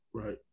Right